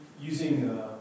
Using